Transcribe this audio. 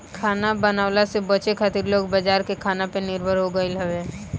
खाना बनवला से बचे खातिर लोग बाजार के खाना पे निर्भर हो गईल हवे